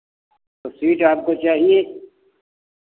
तो सीट आपको चाहिए